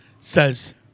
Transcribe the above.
says